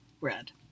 red